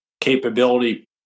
capability